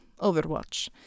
Overwatch